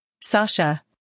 Sasha